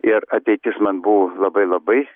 ir ateitis man buvo labai labai